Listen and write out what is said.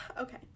Okay